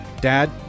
Dad